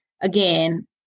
Again